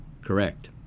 correct